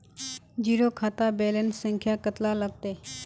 Zero खाता balance संख्या कतला लगते?